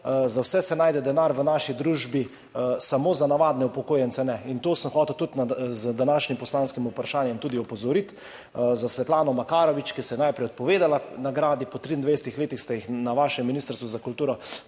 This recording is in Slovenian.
Za vse se najde denar v naši družbi, samo za navadne upokojence ne. Na to sem hotel z današnjim poslanskim vprašanjem opozoriti. Svetlani Makarovič, ki se je najprej odpovedala nagradi, ste po 23 letih na vašem Ministrstvu za kulturo ta